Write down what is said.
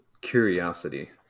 Curiosity